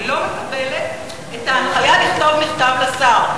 אני לא מקבלת את ההנחיה לכתוב מכתב לשר,